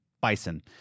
bison